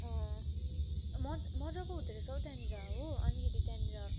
मज्जा मज्जाको हुँदोरहेछ त्यहाँनिर हो अनिखेरि त्यहाँनिर